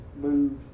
moved